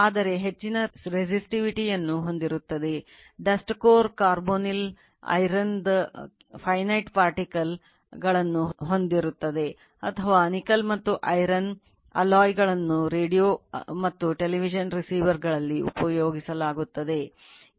ಆದ್ದರಿಂದ ferrite ಗಳಲ್ಲಿ ಉಪಯೋಗಿಸಲಾಗುತ್ತದೆ